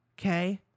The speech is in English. Okay